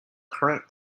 current